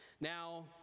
Now